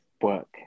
work